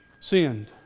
Sinned